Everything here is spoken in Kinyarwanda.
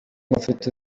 mufite